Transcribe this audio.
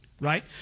right